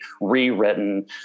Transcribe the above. rewritten